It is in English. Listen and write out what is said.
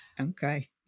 Okay